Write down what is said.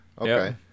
Okay